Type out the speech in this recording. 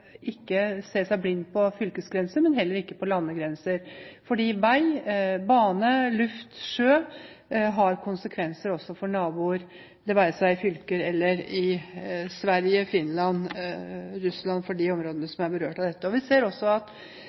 ikke å se seg blind på fylkesgrenser, men heller ikke på landegrenser. For vei, bane, luft og sjø har konsekvenser også for naboer, det være seg for fylker eller for Sverige, Finland, Russland – de områdene som er berørt av dette. Vi ser også at